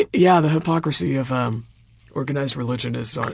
yeah the hypocrisy of um organized religion is, um